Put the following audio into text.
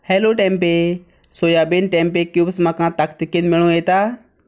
hello tempe soybean tempeh cubes म्हाका ताकतिकेन मेळूं येता